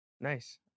Nice